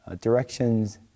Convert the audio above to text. directions